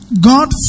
God